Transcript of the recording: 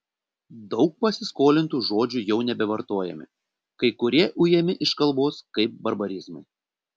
daug pasiskolintų žodžių jau nebevartojami kai kurie ujami iš kalbos kaip barbarizmai